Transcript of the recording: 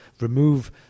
remove